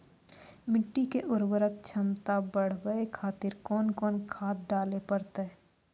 मिट्टी के उर्वरक छमता बढबय खातिर कोंन कोंन खाद डाले परतै?